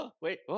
wait